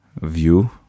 view